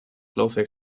laufwerk